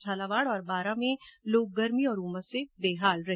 झालावाड़ और बारां में लोग गर्मी और उमस से परेशान रहे